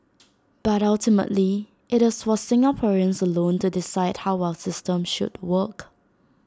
but ultimately IT is for Singaporeans alone to decide how our system should work